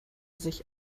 sich